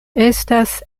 estas